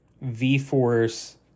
V-Force